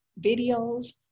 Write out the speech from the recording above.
videos